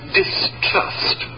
distrust